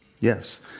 yes